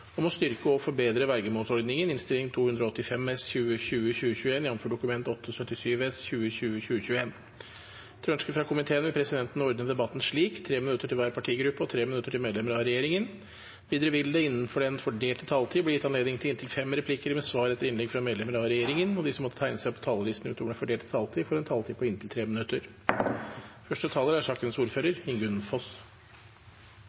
minutter til medlemmer av regjeringen. Videre vil det – innenfor den fordelte taletid – bli gitt anledning til inntil fem replikker med svar etter innlegg fra medlemmer av regjeringen, og de som måtte tegne seg på talerlisten utover den fordelte taletid, får også en taletid på inntil 3 minutter. Vergemålsordningen skal verne om sårbare mennesker som ikke er